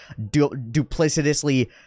duplicitously